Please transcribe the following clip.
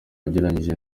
ugereranije